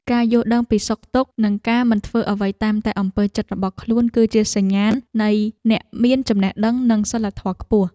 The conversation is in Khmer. ការយល់ដឹងពីសុខទុក្ខនិងការមិនធ្វើអ្វីតាមតែអំពើចិត្តរបស់ខ្លួន គឺជាសញ្ញាណនៃអ្នកមានចំណេះដឹងនិងសីលធម៌ខ្ពស់។